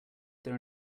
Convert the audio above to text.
their